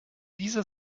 dieser